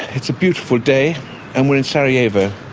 it's a beautiful day and we're in sarajevo.